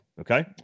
okay